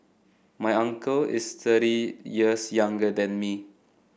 my uncle is thirty years younger than me